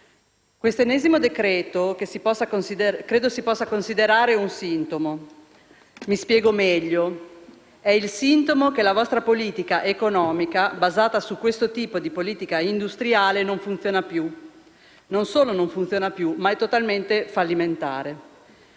Questo ennesimo provvedimento credo si possa considerare un sintomo. Mi spiego meglio: è il sintomo che la vostra politica economica, basata su questo tipo di politica industriale, non funziona più. Non solo non funziona più, ma è totalmente fallimentare.